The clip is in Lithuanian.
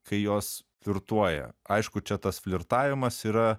kai jos flirtuoja aišku čia tas flirtavimas yra